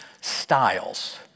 styles